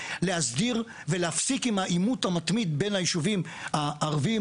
להסדיר ולהפסיק עם העימות המתמיד בין הישובים הערבים,